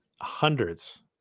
hundreds